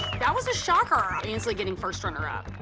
that was a shocker, anslee getting first runner-up.